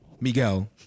Miguel